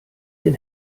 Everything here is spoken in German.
den